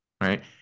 right